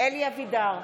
אלי אבידר,